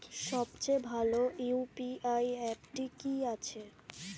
সবচেয়ে ভালো ইউ.পি.আই অ্যাপটি কি আছে?